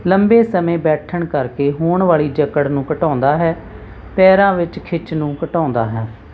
ਲੰਬੇ ਸਮੇਂ ਬੈਠਣ ਕਰਕੇ ਹੋਣ ਵਾਲੀ ਜਕੜ ਨੂੰ ਘਟਾਉਂਦਾ ਹੈ ਪੈਰਾਂ ਵਿੱਚ ਖਿੱਚ ਨੂੰ ਘਟਾਉਂਦਾ ਹੈ